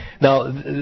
Now